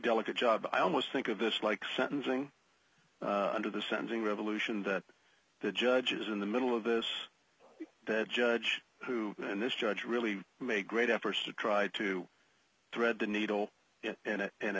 delicate job i almost think of this like sentencing under the sentencing revolution that the judges in the middle of this that judge who and this judge really made great efforts to try to thread the needle in a in